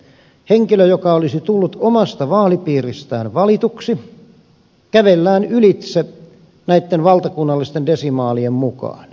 henkilö joka olisi tullut omasta vaalipiiristään valituksi kävellään ylitse näitten valtakunnallisten desimaalien mukaan